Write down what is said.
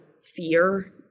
fear